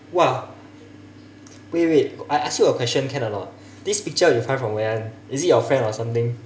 !wah! wait wait wait I ask you a question can or not this picture you find from where [one] is it your friend or something